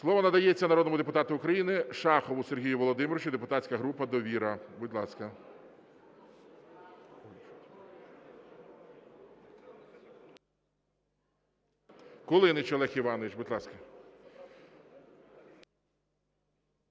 Слово надається народному депутату України Шахову Сергію Володимировичу, депутатська група "Довіра". Будь ласка. Кулініч Олег Іванович, будь ласка.